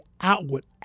outward